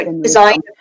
design